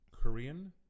Korean